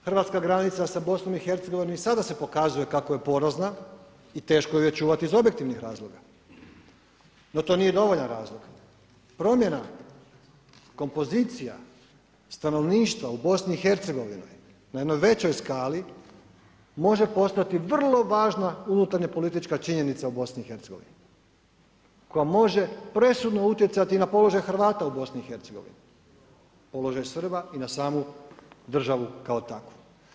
Hrvatska granica sa BiH i sada se pokazuje kako je porozna i teško ju je čuvati iz objektivnih razloga, no to nije dovoljan razlog, promjena kompozicija stanovništva u BiH na jednoj većoj skali može postati vrlo važna unutarnjopolitička činjenica u BiH koja može presudno utjecati i na položaj Hrvata u BiH, položaj Srba i na samu državu kao takvu.